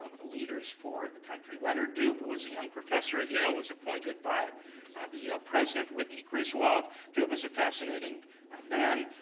ah the leaders for the country. leonard doob, who was a young professor at yale, was appointed by the yale president whitney griswold. doob was a fascinating ah man,